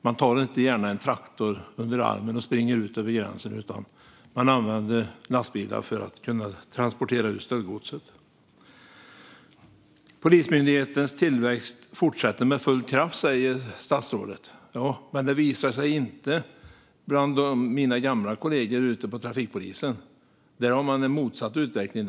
Man tar inte gärna en traktor under armen och springer över gränsen, utan man använder lastbilar för att kunna transportera ut stöldgodset. Statsrådet säger: "Polismyndighetens tillväxt fortsätter med full kraft." Ja, men det visar sig inte bland mina gamla kollegor ute hos trafikpolisen. Där har man en motsatt utveckling.